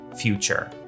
future